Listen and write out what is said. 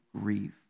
grief